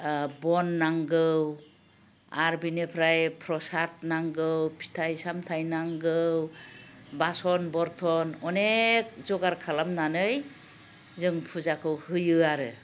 बन नांगौ आरो बेनिफ्राय प्रसाद नांगौ फिथाइ सामथाइ नांगौ बासन बरथन अनेक जगार खालामनानै जों फुजाखौ होयो आरो